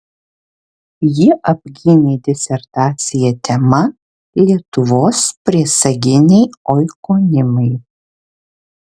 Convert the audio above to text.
ji apgynė disertaciją tema lietuvos priesaginiai oikonimai